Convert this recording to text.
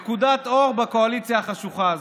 נקודת אור בקואליציה החשוכה הזאת,